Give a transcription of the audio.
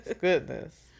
goodness